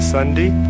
Sunday